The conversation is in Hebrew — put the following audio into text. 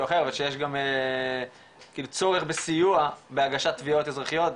אחר שיש גם צורך בסיוע בהגשת תביעות אזרחיות,